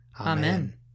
Amen